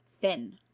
thin